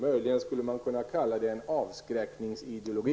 Möjligen skulle man kunna kalla den en avskräckningsideologi.